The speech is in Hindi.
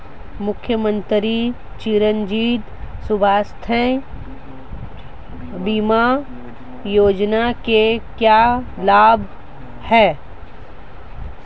मुख्यमंत्री चिरंजी स्वास्थ्य बीमा योजना के क्या लाभ हैं?